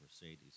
Mercedes